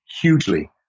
hugely